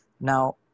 Now